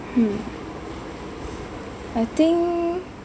hmm I think